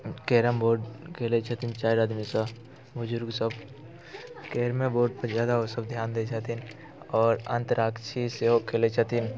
carrom board खेलैत छथिन चारि आदमीसँ बुजुर्गसभ कैरमे बोर्डपर ओसभ ज्यादा ध्यान दैत छथिन आओर अंतराक्षरी सेहो खेलैत छथिन